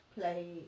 play